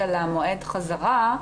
של מועד החזרה.